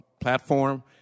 platform